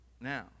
now